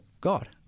God